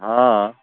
हँ हँ